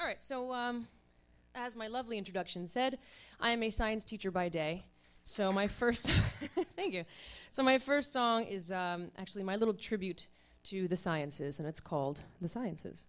all right so as my lovely introduction said i'm a science teacher by day so my first thank you so my first song is actually my little tribute to the sciences and it's called the sciences